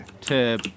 to-